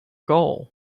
goal